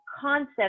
concept